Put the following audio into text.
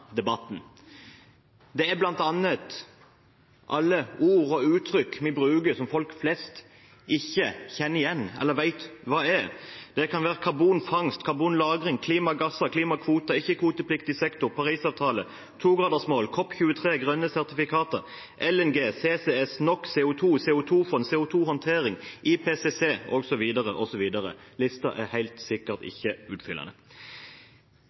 debatten. Det er bl.a. alle ord og uttrykk vi bruker som folk flest ikke kjenner igjen eller vet hva er. Det kan være karbonfangst, karbonlagring, klimagasser, klimakvoter, ikke-kvotepliktig sektor, Parisavtalen, 2-gradersmål, COP23, grønne sertifikater, LNG, CCS, NO X , CO 2 , CO 2 -fond, CO 2 -håndtering, IPCC osv., osv. Listen er helt sikkert ikke utfyllende.